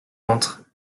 entre